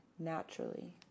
Naturally